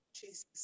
Jesus